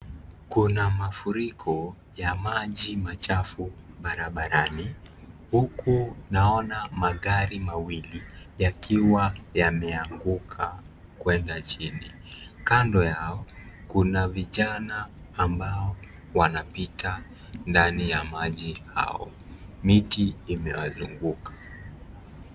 Kuna mafuriko ya maji machafu barabarani huku naona magari mawili yakiwa yameanguka kwenda chini. Kando yao, kuna vijana ambao wanapita ndani ya maji hayo. Miti imewazunguka.